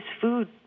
food